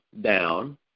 down